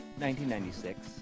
1996